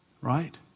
Right